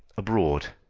abroad?